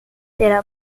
pela